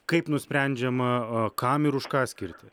kaip nusprendžiama kam ir už ką skirti